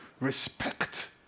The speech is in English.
respect